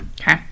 Okay